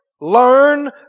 Learn